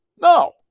No